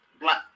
Black